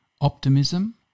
optimism